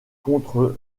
contre